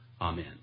Amen